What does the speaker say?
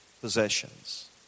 possessions